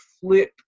flip